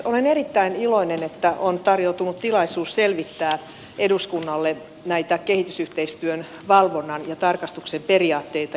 olen erittäin iloinen että on tarjoutunut tilaisuus selvittää eduskunnalle näitä kehitysyhteistyön valvonnan ja tarkastuksen periaatteita